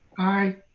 aye,